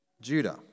Judah